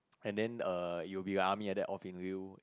and then err you will be with the army and then off in lieu